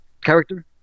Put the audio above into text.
Character